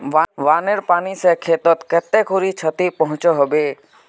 बानेर पानी से खेतीत कते खुरी क्षति पहुँचो होबे?